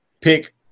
pick